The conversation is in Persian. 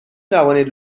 توانید